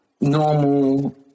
normal